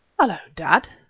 hullo, dad!